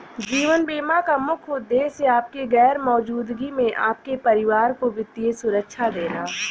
जीवन बीमा का मुख्य उद्देश्य आपकी गैर मौजूदगी में आपके परिवार को वित्तीय सुरक्षा देना